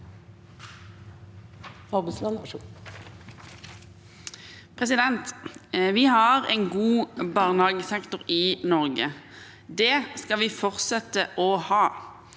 Vi har en god barnehagesektor i Norge. Det skal vi fortsette å ha.